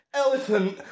elephant